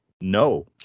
no